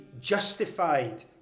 justified